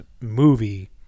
movie